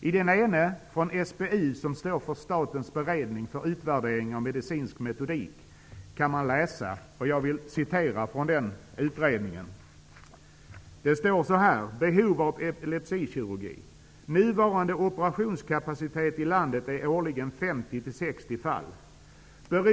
I den ena rapporten som kommer från SBU, som står för Statens beredning för utvärdering av medicinsk metodik, kan man läsa följande om behovet av epilepsikirurgi. Nuvarande operationskapacitet i landet är årligen 50--60 fall.